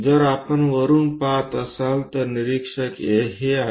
जर आपण वरुन पहात असाल तर निरीक्षक हे आहेत